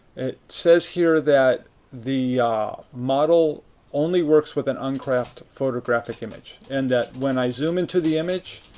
it says here that the model only works with an uncropped photographic image, and that when i zoom in to the image,